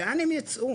לאן הם ייצאו?